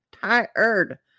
tired